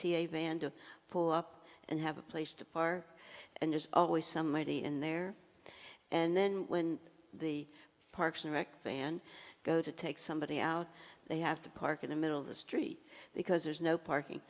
as a van to pull up and have a place to par and there's always somebody in there and then when the parks and rec ban go to take somebody out they have to park in the middle of the street because there's no parking